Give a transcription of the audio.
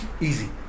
easy